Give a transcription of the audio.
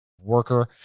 worker